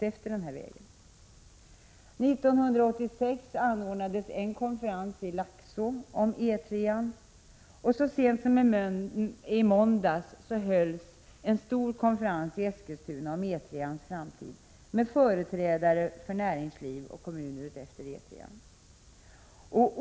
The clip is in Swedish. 1986 anordnades en konferens i Laxå om E 3-an, och så sent som i måndags hölls en stor konferens i Eskilstuna om E 3-ans framtid med företrädare för näringsliv och kommuner efter E 3.